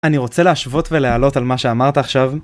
אני רוצה להשוות ולהעלות על מה שאמרת עכשיו.